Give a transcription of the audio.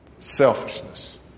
selfishness